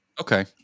Okay